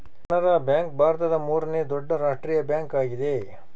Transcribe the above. Canara bank ಭಾರತದ ಮೂರನೇ ದೊಡ್ಡ ರಾಷ್ಟ್ರೀಯ ಬ್ಯಾಂಕ್ ಆಗಿದೆ